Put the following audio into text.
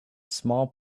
small